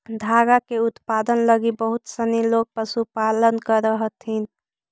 धागा के उत्पादन लगी बहुत सनी लोग पशुपालन करऽ हथिन